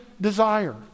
desire